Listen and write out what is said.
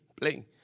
playing